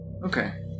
Okay